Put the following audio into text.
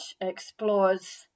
explores